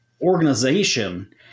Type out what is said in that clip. organization